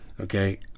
Okay